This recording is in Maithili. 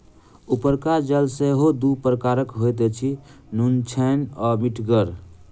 उपरका जल सेहो दू प्रकारक होइत अछि, नुनछड़ैन आ मीठगर